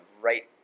right –